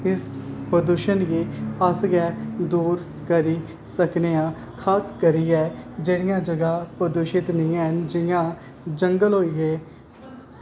इस प्रदुषण गी अस गै दूर करी सकने आं खास करियै जेह्ड़ियां जगह प्रदूषित निं हैन जियां जंगल होई गे